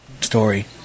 story